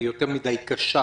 בדיוק.